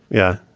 yeah,